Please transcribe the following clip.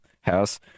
house